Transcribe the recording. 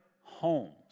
homes